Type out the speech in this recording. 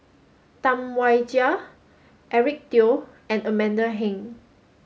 Tam Wai Jia Eric Teo and Amanda Heng